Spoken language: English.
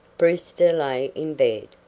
brewster lay in bed,